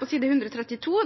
på side 132